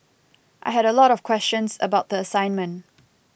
I had a lot of questions about the assignment